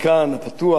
העיר הפתוחה,